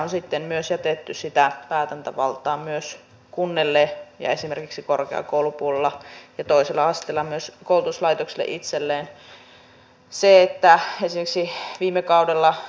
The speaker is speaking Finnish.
tässä pitäisi ottaa huomioon kaikki alueen rakentaminen teho ja ottaa hyöty niistä rakenteista mitkä vielä ovat siellä hyödyntämättä